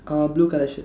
uh blue colour shirt